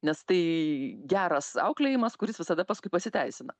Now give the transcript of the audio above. nes tai geras auklėjimas kuris visada paskui pasiteisina